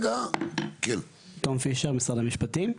תום פישר ממשרד המשפטים.